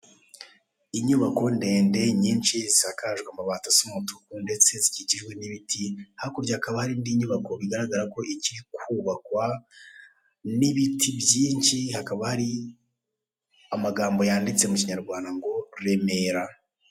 Inyubako ndende nyinshi zisakajwe amabati asa umutuku ndetse zikikijwe n'ibiti hakurya hakaba hari indi nyubako bigaragara ko ikiri kubakwa n'ibiti byinshi hakaba hari amagambo yanditse mu kinyarwanda ngo remera.